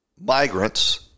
migrants